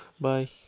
Bye